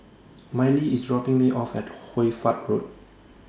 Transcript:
Mylee IS dropping Me off At Hoy Fatt Road